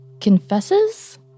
confesses